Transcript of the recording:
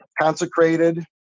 consecrated